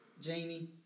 Jamie